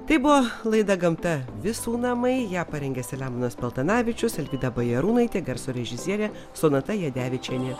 tai buvo laida gamta visų namai ją parengė selemonas paltanavičius alvyda bajarūnaitė garso režisierė sonata jadevičienė